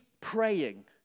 praying